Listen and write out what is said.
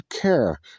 care